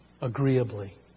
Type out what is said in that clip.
agreeably